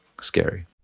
scary